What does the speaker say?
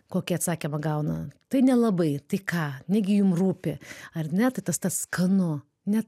kokį atsakymą gauna tai nelabai tai ką negi jum rūpi ar ne tai tas tas skanu net